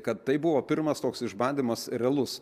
kad tai buvo pirmas toks išbandymas realus